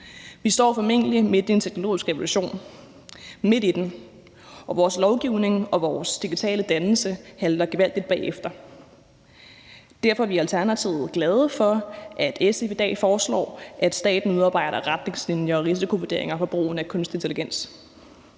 Vi står formentlig midt i en teknologisk revolution – midt i den – og vores lovgivning og vores digitale dannelse halter gevaldigt bagefter. Derfor er vi i Alternativet glade for, at SF i dag foreslår, at staten udarbejder retningslinjer og risikovurderinger for brugen af kunstig intelligens.